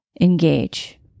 engage